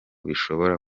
bishobora